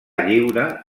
lliure